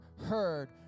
heard